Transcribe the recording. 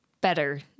better